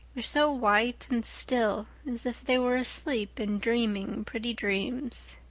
they're so white and still, as if they were asleep and dreaming pretty dreams.